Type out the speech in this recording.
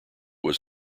was